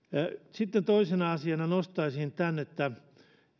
sitten toisena asiana nostaisin tämän että